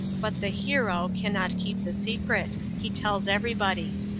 but the hero cannot keep the secret he tells everybody.